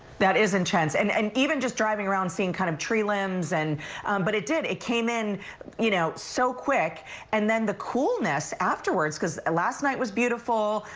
that is intense. and and even just driving around seeing kind of tree limbs and but it did, it came in you know so quick and then the coolness afterwards because last night was beautiful,